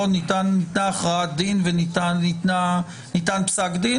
ניתנה הכרעת דין וניתן פסק דין.